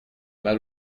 mal